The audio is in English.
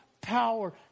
power